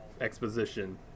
exposition